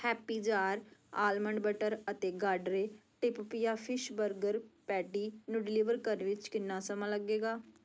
happy jar almond butter ਅਤੇ ਗਾਡਰੇ ਟਿਪਪੀਆ fish burger patty ਨੂੰ ਡਿਲੀਵਰ ਕਰਨ ਵਿੱਚ ਕਿੰਨਾ ਸਮਾਂ ਲੱਗੇਗਾ